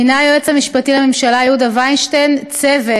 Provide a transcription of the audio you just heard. מינה היועץ המשפטי לממשלה יהודה וינשטיין צוות